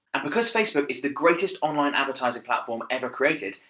and because facebook is the greatest online advertising platform ever created,